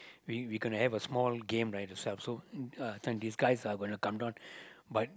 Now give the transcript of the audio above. we we can have a small game right to self so uh can these guys are gonna come down